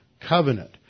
covenant